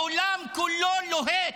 העולם כולו לוהט.